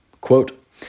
Quote